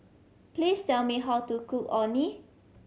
please tell me how to cook Orh Nee